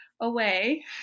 Away